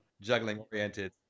juggling-oriented